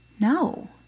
No